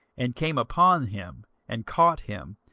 and came upon him, and caught him,